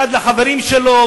אחד לחברים שלו,